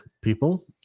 people